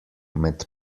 med